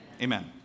Amen